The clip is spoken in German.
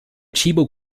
tchibo